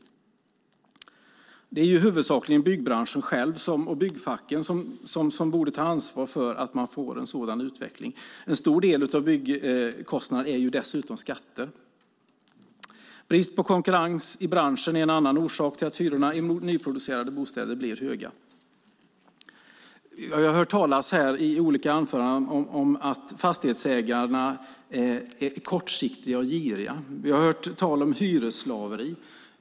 Det är huvudsakligen byggbranschen själv och byggfacken som borde ta ansvar för att man får en sådan utveckling. En stor del av byggkostnaderna är dessutom skatter. Brist på konkurrens i branschen är en annan orsak till att hyrorna i nyproducerade bostäder blir höga. Vi har i olika anföranden hört talas om att fastighetsägarna är kortsiktiga och giriga. Vi har hört tal om hyresslaveri.